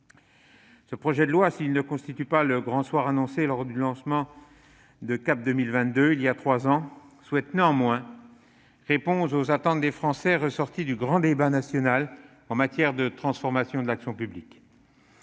Ce projet de loi, s'il ne constitue pas le grand soir annoncé lors du lancement de CAP 2022 voilà trois ans, vise néanmoins à répondre aux attentes des Français, telles qu'elles sont ressorties du grand débat national, en matière de transformation de l'action publique,